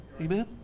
Amen